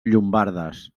llombardes